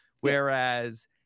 whereas